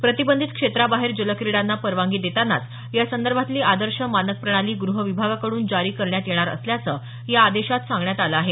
प्रतिबंधित क्षेत्राबाहेर जलक्रीडांना परवानगी देतानाच यासंदर्भातली आदर्श मानक प्रणाली गृह विभागाकड्रन जारी करण्यात येणार असल्याचं या आदेशात सांगण्यात आलं आहे